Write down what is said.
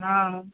हाँ